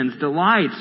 delights